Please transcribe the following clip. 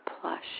plush